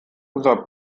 unser